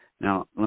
Now